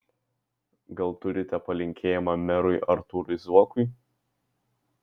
gal turite palinkėjimą merui artūrui zuokui